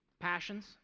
passions